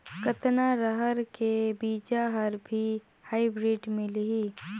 कतना रहर के बीजा हर भी हाईब्रिड मिलही?